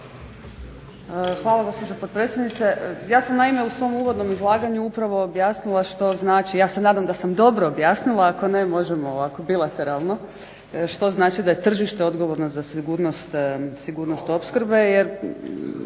Hvala gospođo potpredsjednice. Ja sam naime u svom uvodnom izlaganju upravo objasnila što znači, ja se nadam da sam dobro objasnila ako ne možemo ovako bilateralno što znači da je tržište odgovorno za sigurnost opskrbe